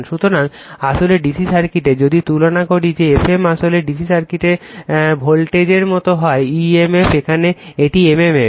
সুতরাং আসলে DC সার্কিটে যদি তুলনা করি যে Fm আসলে DC সার্কিটের ভোল্টেজের মতো হয় emf এখানে এটি m m f